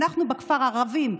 ואנחנו בכפר ערבים,